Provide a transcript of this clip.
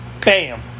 Bam